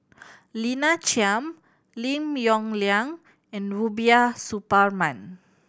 Lina Chiam Lim Yong Liang and Rubiah Suparman